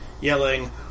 yelling